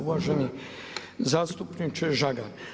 Uvaženi zastupniče Žagar.